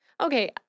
Okay